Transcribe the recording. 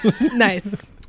nice